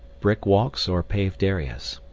brick walks or paved areas